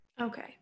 okay